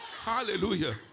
Hallelujah